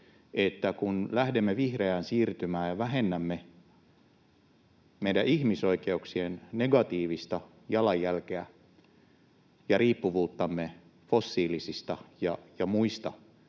että lähdemme vihreään siirtymään ja vähennämme meidän ihmisoikeuksien negatiivista jalanjälkeä ja riippuvuuttamme fossiilisista ja muista